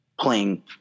playing